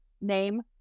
name